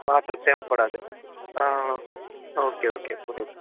water தேவைப்படாது ஆ okay okay புரியுது